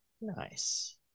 nice